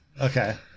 Okay